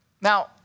Now